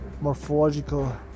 morphological